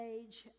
age